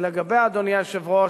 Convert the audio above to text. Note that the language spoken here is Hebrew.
שלגביה, אדוני היושב-ראש,